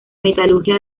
metalurgia